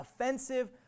offensive